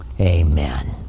Amen